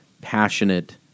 Passionate